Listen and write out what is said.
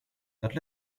that